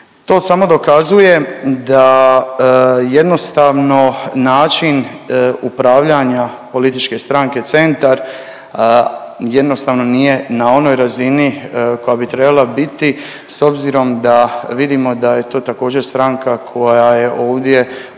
To samo dokazuje da jednostavno način upravljanja političke stranke Centar, jednostavno nije na onoj razini koja bi trebala biti s obzirom da vidimo da je to također stranka koja je ovdje